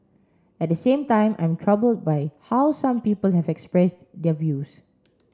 at the same time I am troubled by how some people have expressed their views